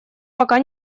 пока